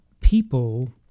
people